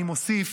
אני מוסיף,